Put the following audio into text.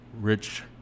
Rich